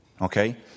okay